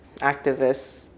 activists